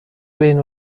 بین